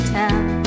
town